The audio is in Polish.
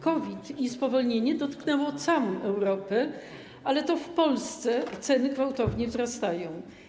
COVID i spowolnienie dotknęły całą Europę, ale to w Polsce ceny gwałtownie wzrastają.